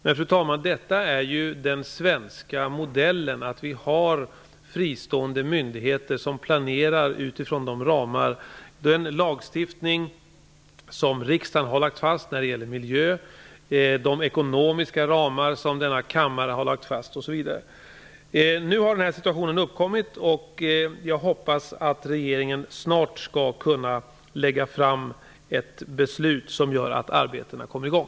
Men, fru talman, den svenska modellen innebär att det finns fristående myndigheter som planerar utifrån de ramar och den lagstiftning som riksdagen har lagt fast när det gäller miljön, ekonomin osv. Nu har den här situationen uppkommit. Jag hoppas att regeringen snart skall kunna lägga fram ett beslut som gör att arbetena kommer i gång.